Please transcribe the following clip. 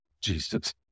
Jesus